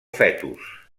fetus